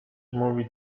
mówi